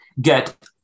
get